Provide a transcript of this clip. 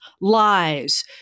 lies